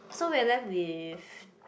so we're left with